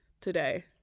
today